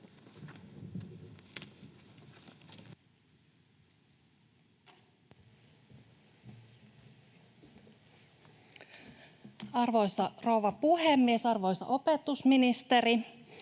Arvoisa rouva puhemies! Arvoisa opetusministeri!